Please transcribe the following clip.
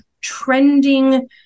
trending